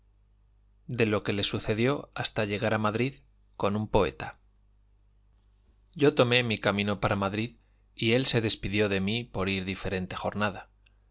de lo que le sucedió hasta llegar a madrid con un poeta yo tomé mi camino para madrid y él se despidió de mí por ir diferente jornada